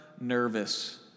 nervous